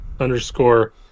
underscore